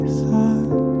thought